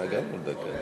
גם ירדנה נולדה כאן.